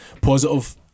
positive